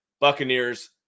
Buccaneers